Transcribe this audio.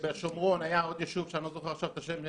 בשומרון היה עוד יישוב שאני לא זוכר את השם,